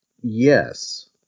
Yes